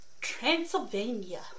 Transylvania